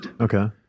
Okay